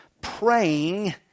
praying